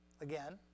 Again